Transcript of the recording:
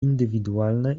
indywidualne